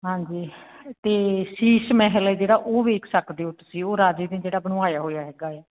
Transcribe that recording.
ਹਾਂਜੀ ਅਤੇ ਸੀਸ਼ ਮਹਿਲ ਹੈ ਜਿਹੜਾ ਉਹ ਵੇਖ ਸਕਦੇ ਹੋ ਤੁਸੀਂ ਉਹ ਰਾਜੇ ਨੇ ਜਿਹੜਾ ਬਣਵਾਇਆ ਹੋਇਆ ਹੈਗਾ ਹੈ